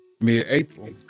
mid-April